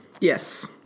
Yes